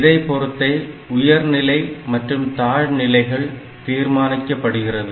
இதைப் பொறுத்தே உயர்நிலை மற்றும் தாழ்நிலைகள் தீர்மானிக்கப்படுகிறது